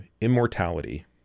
immortality